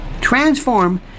transform